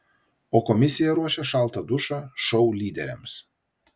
o komisija ruošia šaltą dušą šou lyderiams